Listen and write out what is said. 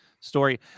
story